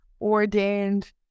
ordained